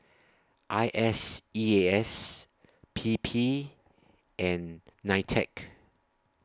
I S E A S P P and NITEC